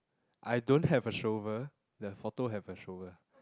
I don't have a shovel the photo have a shovel